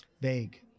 Vague